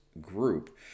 group